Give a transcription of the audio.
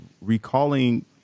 recalling